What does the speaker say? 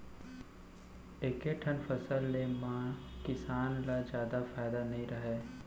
एके ठन फसल ले म किसान ल जादा फायदा नइ रहय